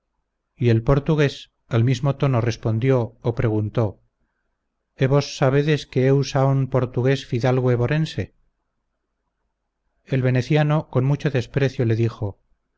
y el portugués al mismo tono respondió o preguntó é vos sabedes que eu saon portugues fidalgo evorense el veneciano con mucho desprecio le dijo